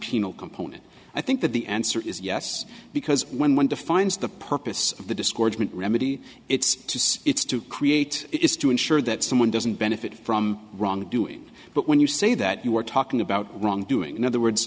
penal component i think that the answer is yes because when one defines the purpose of the discouragement remedy it's to say it's to create is to ensure that someone doesn't benefit from wrongdoing but when you say that you are talking about wrongdoing in other words